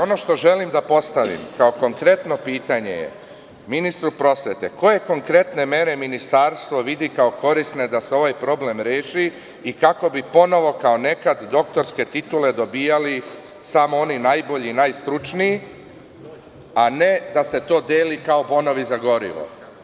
Ono što želim da postavim kao konkretno pitanje ministru prosvete je – koje konkretne mere ministarstvo vidi kao korisne da se ovaj problem reši i kako bi ponovo, kao nekad, doktorske titule dobijali samo oni najbolji i najstručniji, a ne da se to deli kao bonovi za gorivo?